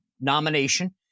nomination